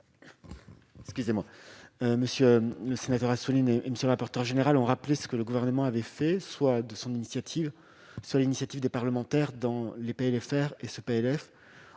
excusez-moi, monsieur le sénateur, a souligné monsieur le rapporteur général, ont rappelé que le gouvernement avait fait soit de son initiative sur l'initiative des parlementaires dans les pays de